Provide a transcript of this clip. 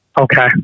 Okay